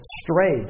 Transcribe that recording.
strayed